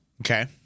Okay